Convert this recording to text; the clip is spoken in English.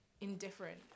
indifferent